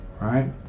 right